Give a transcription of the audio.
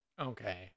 Okay